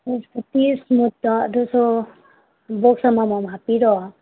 ꯐ꯭ꯔꯨꯇꯤ ꯏꯁꯃꯨꯠꯇꯣ ꯑꯗꯨꯁꯨ ꯕꯣꯛꯁ ꯑꯃꯃꯝ ꯍꯥꯞꯄꯤꯔꯣ